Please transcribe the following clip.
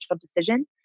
decision